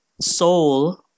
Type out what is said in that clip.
soul